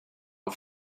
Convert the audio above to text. her